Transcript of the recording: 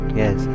yes